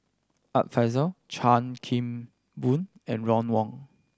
Art Fazil Chan Kim Boon and Ron Wong